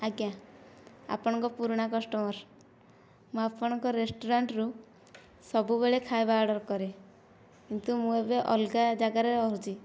ଆଜ୍ଞା ଆପଣଙ୍କ ପୁରୁଣା କଷ୍ଟମର ମୁଁ ଆପଣଙ୍କ ରେସ୍ତୋରାଁ ରୁ ସବୁବେଳେ ଖାଇବା ଅର୍ଡ଼ର କରେ କିନ୍ତୁ ମୁଁ ଏବେ ଅଲଗା ଜାଗାରେ ରହୁଛି